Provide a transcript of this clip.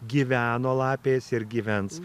gyveno lapės ir gyvens